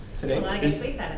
today